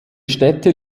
städte